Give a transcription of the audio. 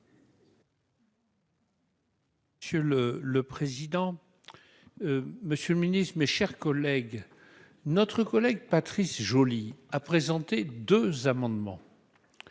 Sur le le président monsieur le Ministre, mes chers collègues, notre collègue Patrice Joly a présenté 2 amendements